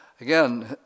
Again